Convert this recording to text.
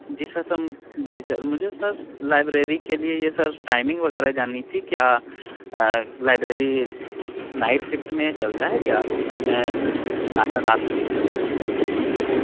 जी sir सम जी sir मुझे सर लाइब्रेरी के लिए ये सब टाइमिंग वगैरह जाननी थी क्या लाइब्रेरी नाइट शिफ्ट में चलता है क्या क्योंकि मैं ना रात जी जी